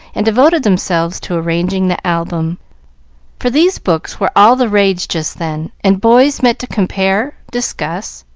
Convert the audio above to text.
and devoted themselves to arranging the album for these books were all the rage just then, and boys met to compare, discuss,